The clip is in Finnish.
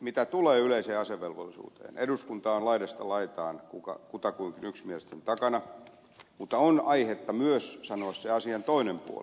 mitä tulee yleiseen asevelvollisuuteen eduskunta on laidasta laitaan kutakuinkin yksimielisesti sen takana mutta on aihetta myös sanoa se asian toinen puoli